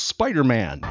spider-man